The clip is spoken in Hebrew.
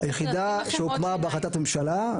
יחידה שהוקמה בהחלטת ממשלה.